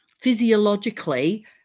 physiologically